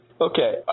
Okay